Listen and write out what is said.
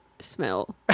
smell